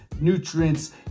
nutrients